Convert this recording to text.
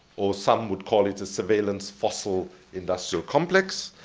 or some would call it a surveillance-fossil-industrial complex,